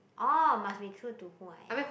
oh must be cool to who I am